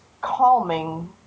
calming